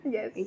Yes